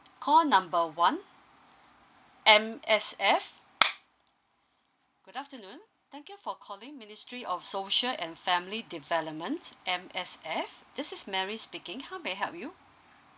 call number one M_S_F good afternoon thank you for calling ministry of social and family development M_S_F this is mary speaking how may I help you